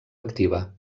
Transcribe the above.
activa